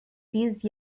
these